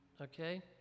Okay